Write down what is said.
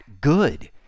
good